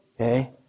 okay